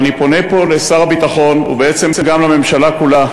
ואני פונה פה לשר הביטחון, ובעצם גם לממשלה כולה